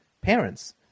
parents